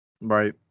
Right